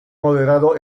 moderado